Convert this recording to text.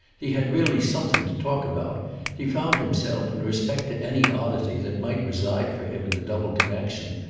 he had really something to talk about he found himself, in respect to any oddity that might reside for him in the double connexion,